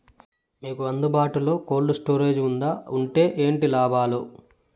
మీకు అందుబాటులో బాటులో కోల్డ్ స్టోరేజ్ జే వుందా వుంటే ఏంటి లాభాలు?